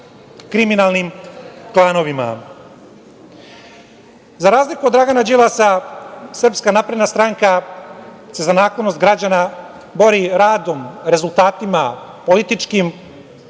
kriminalnim klanovima.Za razliku od Dragana Đilasa, Srpska napredna stranka se za naklonost građana bori radom, rezultatima, političkim